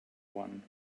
one